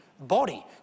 body